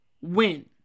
win